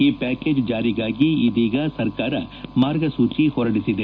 ಈ ಪ್ಲಾಕೇಜ್ ಜಾರಿಗಾಗಿ ಇದೀಗ ಸರ್ಕಾರ ಮಾರ್ಗಸೂಚಿ ಹೊರಡಿಸಿದೆ